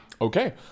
Okay